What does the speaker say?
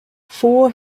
four